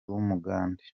w’umugande